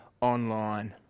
online